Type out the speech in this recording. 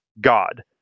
God